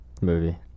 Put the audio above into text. movie